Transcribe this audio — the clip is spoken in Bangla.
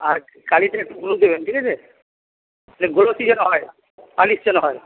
আর কালিটায় ব্লু দেবেন ঠিক আছে যে গ্লসি যেন হয় পালিশ যেন হয়